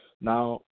now